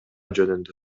жөнүндө